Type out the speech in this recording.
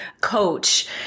coach